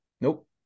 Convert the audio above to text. Nope